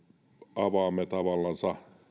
avaamme tavallansa